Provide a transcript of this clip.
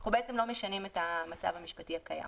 אנחנו בעצם לא משנים את המצב המשפטי הקיים.